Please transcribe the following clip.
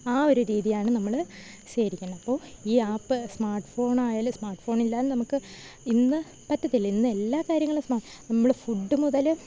ആ ഒരു രീതിയാണ് നമ്മള് സ്വീകരിക്കുന്നത് അപ്പോള് ഈ ആപ്പ് സ്മാർട്ട് ഫോണായാലും സ്മാർട്ട് ഫോണില്ലാതെ നമുക്ക് ഇന്നു പറ്റത്തില്ല ഇന്നെല്ലാ കാര്യങ്ങളും സ്മാ നമ്മള് ഫുഡ് മുതല്